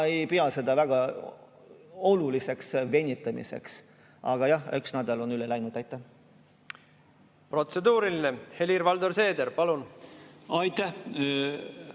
ei pea seda väga oluliseks venitamiseks, aga jah, üks nädal on üle läinud. Aitäh!